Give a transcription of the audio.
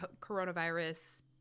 coronavirus